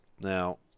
Now